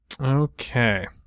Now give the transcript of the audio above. Okay